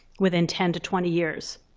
within ten to twenty years.